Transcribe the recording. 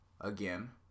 again